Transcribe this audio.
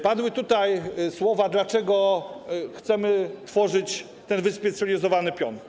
Padło tutaj pytanie, dlaczego chcemy tworzyć ten wyspecjalizowany pion.